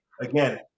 again